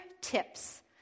tips